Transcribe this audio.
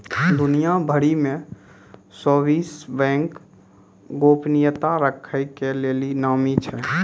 दुनिया भरि मे स्वीश बैंक गोपनीयता राखै के लेली नामी छै